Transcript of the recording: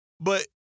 But-